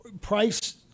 price